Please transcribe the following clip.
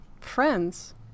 friends